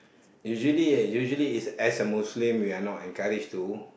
usually usually is as an Muslim we are not encouraged to